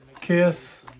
Kiss